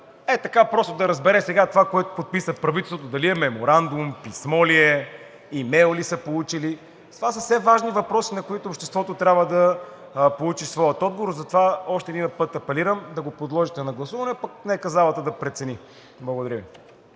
просто да разбере сега това, което подписа правителството, дали е меморандум, дали е писмо, имейл ли са получили?! Това са все важни въпроси, на които обществото трябва да получи своя отговор. Затова още един път апелирам да го подложите на гласуване и нека залата да прецени. Благодаря Ви.